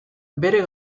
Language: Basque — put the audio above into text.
bere